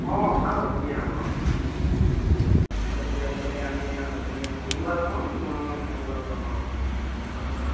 অঁ ভাল হ'ব ধুনীয়া হ'ব অঁ অঁ দুয়োটা পৰিয়াল গ'লে আমি আৰু একেলগে গৈয়ো ভাল পাম চায়ো ভাল পাম অঁ অঁ ঠিক আছে বাৰু অঁ